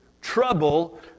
trouble